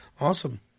Awesome